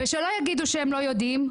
שלא יגידו שהם לא יודעים,